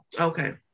Okay